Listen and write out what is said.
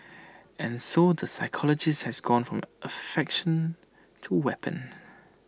and so the psychologist has gone from affectation to weapon